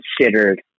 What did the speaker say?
considered